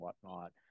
whatnot